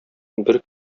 бер